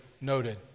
noted